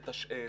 לתשאל,